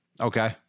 Okay